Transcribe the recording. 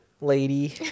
lady